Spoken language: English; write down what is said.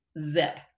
Zip